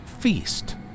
Feast